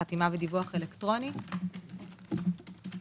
תקנות ניירות ערך (חתימה ודיווח אלקטרוני)(הוראת שעה),